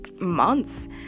months